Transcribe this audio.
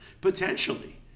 potentially